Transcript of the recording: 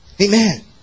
Amen